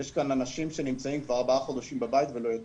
יש כאן אנשים שנמצאים כבר ארבעה חודשים בבית ולא יוצאים.